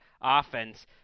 offense